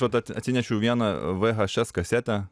vat atsinešiau vieną vhs kasetę